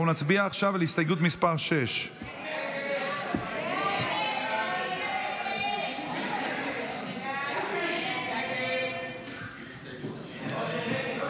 אנחנו נצביע עכשיו על הסתייגות מס' 6. הסתייגות 6 לא נתקבלה.